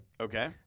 Okay